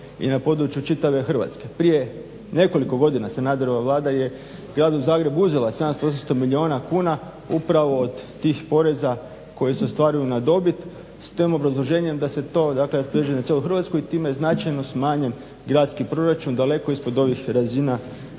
i na području čitave Hrvatske. Prije nekoliko godina Sanaderova vlada je Gradu Zagrebu uzela 700, 800 milijuna kuna upravo od tih poreza koji se ostvaruju na dobit, s tim obrazloženjem da se to, dakle to raspoređuje na cijelu Hrvatsku i time je značajno smanjen gradski proračun, daleko ispod ovih razina